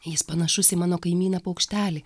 jis panašus į mano kaimyną paukštelį